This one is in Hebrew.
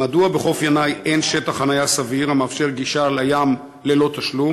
1. מדוע בחוף בית-ינאי אין שטח חניה סביר המאפשר גישה לים ללא תשלום,